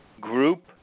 group